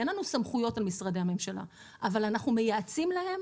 אין לנו סמכויות על משרדי הממשלה אבל אנחנו מייעצים להם